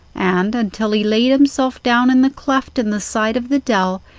and until he laid himself down in the cleft in the side of the dell,